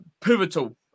pivotal